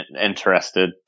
interested